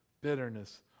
bitterness